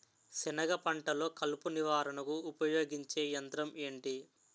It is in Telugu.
సెనగ పంటలో కలుపు నివారణకు ఉపయోగించే యంత్రం ఏంటి?